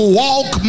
walk